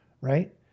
Right